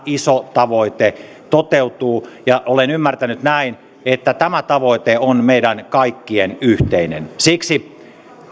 iso tavoite toteutuu ja olen ymmärtänyt näin että tämä tavoite on meidän kaikkien yhteinen siksi